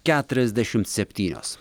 keturiasdešim septynios